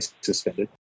suspended